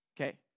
okay